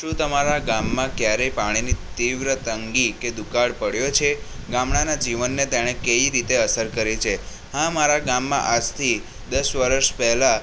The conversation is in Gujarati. શું તમારા ગામમાં ક્યારેય પાણીની તીવ્ર તંગી કે દુકાળ પડ્યો છે ગામડાંના જીવનને તેને કઈ રીતે અસર કરી છે હા મારા ગામમાં આજથી દસ વર્ષ પહેલાં